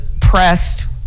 pressed